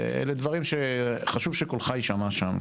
אלה דברים שחשוב שקולך יישמע שם.